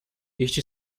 este